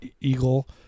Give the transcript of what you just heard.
eagle